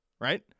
right